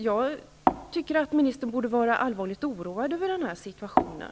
Jag tycker att ministern borde vara allvarligt oroad över den här situationen.